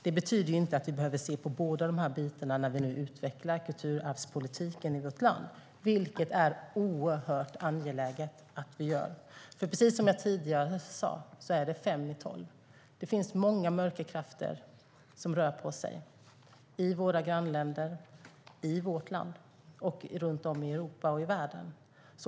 Det betyder inte att vi behöver se på båda de här bitarna när vi nu utvecklar kulturarvspolitiken i vårt land - vilket det är oerhört angeläget att vi gör, för precis som jag sa tidigare är det fem i tolv. Det finns många mörka krafter som rör på sig i våra grannländer, i vårt land och runt om i Europa och i världen.